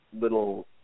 little